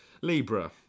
Libra